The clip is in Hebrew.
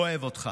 אוהב אותך.